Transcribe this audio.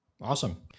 awesome